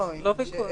לא ויכוח.